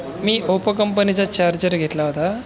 मी Oppo कंपनीचा charger घेतला होता